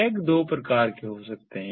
tag दो प्रकार के हो सकते हैं